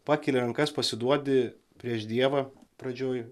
pakeli rankas pasiduodi prieš dievą pradžioj